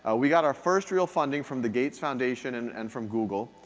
ah we got our first real funding from the gates foundation and and from google.